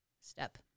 step